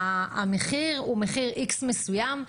המחיר הוא מחיר X מסוים,